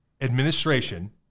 administration